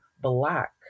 Black